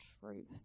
truth